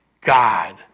God